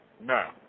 Now